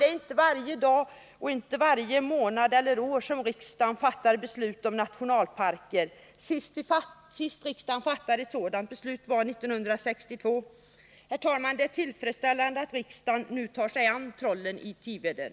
Det är inte varje dag, månad eller år som riksdagen fattar beslut om nationalparker. Senaste gången riksdagen fattade ett sådant beslut var 1962. Det är tillfredsställande att riksdagen nu tar sig an trollen i Tiveden.